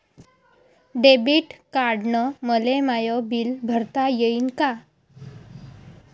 Debit कार्डानं मले my bill भरता येईन का?